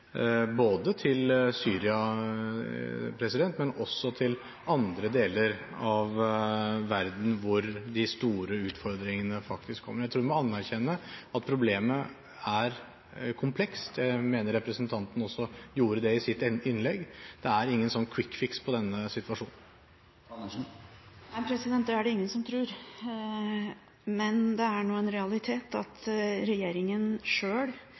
både til Syria og også til andre deler av verden hvor det er store utfordringer. Jeg tror man må erkjenne at problemet er komplekst. Jeg mener representanten også gjorde det i sitt innlegg. Det er ingen «quick fix» på denne situasjonen. Det er det ingen som tror, men det er nå en realitet at regjeringen sjøl